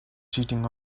cheating